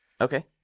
Okay